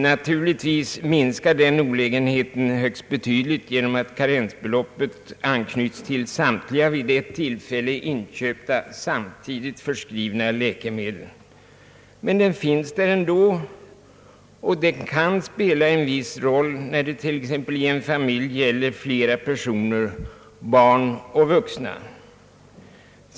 Naturligtvis minskar den olägenheten högst betydligt genom att karensbeloppet anknyter till samtliga vid ett tillfälle inköpta, samtidigt förskrivna läkemedel. Men det finns där ändå, och den kan spela en viss roll t.ex. i en familj som består av flera vuxna och barn.